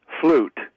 Flute